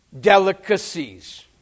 delicacies